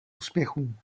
úspěchů